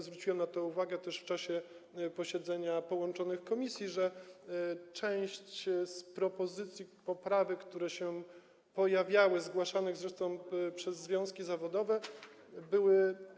Zwróciłem też na to uwagę w czasie posiedzenia połączonych komisji, że część z proponowanych poprawek, które się pojawiały, zgłaszanych zresztą przez związki zawodowe, była.